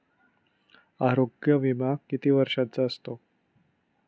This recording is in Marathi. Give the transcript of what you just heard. आरोग्य विमा किती वर्षांचा असतो?